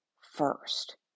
first